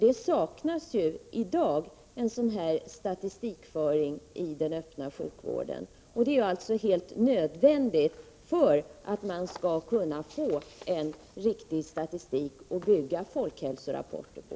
Det saknas i dag en sådan statistikföring i den öppna sjukvården, och en sådan är helt nödvändig för att man skall kunna får en riktig statistik att bygga folkhälsorapporter på.